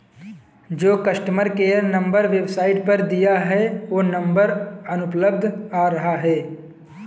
जो customer care number website पर दिया है वो नंबर अनुपलब्ध आ रहा है